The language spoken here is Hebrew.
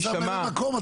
זה ממלאי המקום,